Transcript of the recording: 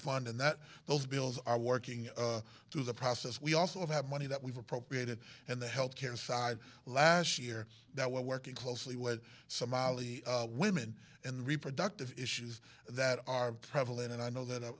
fund and that those bills are working through the process we also have money that we've appropriated and the health care for i last year that we're working closely with somali women and reproductive issues that are prevalent and i know that